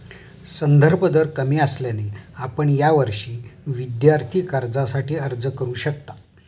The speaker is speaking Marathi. संदर्भ दर कमी असल्याने आपण यावर्षी विद्यार्थी कर्जासाठी अर्ज करू शकता